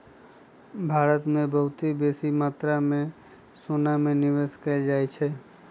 भारत में बहुते बेशी मत्रा में सोना में निवेश कएल जाइ छइ